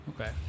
Okay